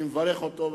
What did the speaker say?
ואני מברך אותו,